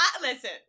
listen